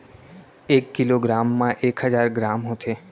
एक kilo gram मा एक हजार ग्राम होथे